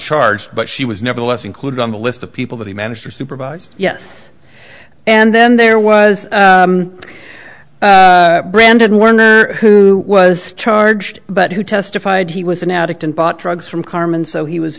charged but she was nevertheless included on the list of people that he managed to supervise yes and then there was brandon who was charged but who testified he was an addict and bought drugs from carmen so he was